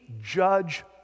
judge